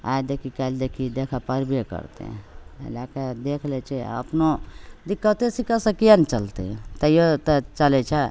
आइ देखी कि काल्हि देखी देखै पड़बे करतै ओहि लैके देखि लै छै अपनो दिक्कते सिक्कत से किएक नहि चलतै तैओ तऽ चलै छै